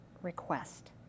request